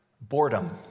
boredom